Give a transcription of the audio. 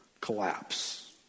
collapse